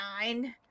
nine